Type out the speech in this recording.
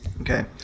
Okay